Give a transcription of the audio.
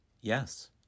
Yes